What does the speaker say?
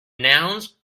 nouns